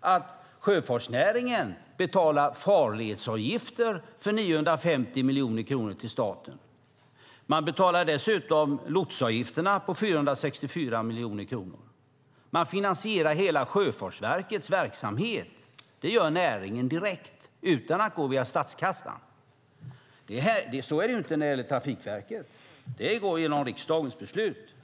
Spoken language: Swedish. att sjöfartsnäringen betalar farledsavgifter på 950 miljoner kronor till staten. Den betalar dessutom lotsavgifter på 464 miljoner kronor. Näringen finansierar hela Sjöfartsverkets verksamhet direkt utan att det går via statskassan. Så är det inte när det gäller Trafikverket. Där sker det genom riksdagens beslut.